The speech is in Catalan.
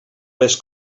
les